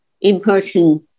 in-person